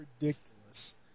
ridiculous